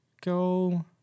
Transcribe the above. go